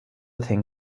thing